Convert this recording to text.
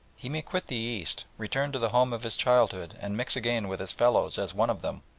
he may quit the east, return to the home of his childhood and mix again with his fellows as one of them,